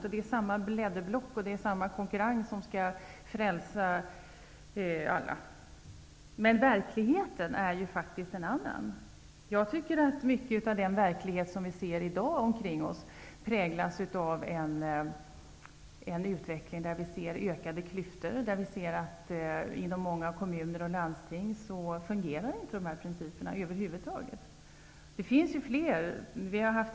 Det är fråga om samma blädderblock, och det är samma komkurrens som skall frälsa alla. Men verkligheten är en annan. Mycket av den verklighet som vi ser omkring oss i dag präglas av en utveckling med ökade klyftor. Inom många kommuner och landsting fungerar över huvud taget inte de principer som jag har tagit upp. Det finns fler exempel på det.